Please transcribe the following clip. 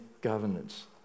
governance